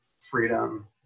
freedom